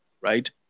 right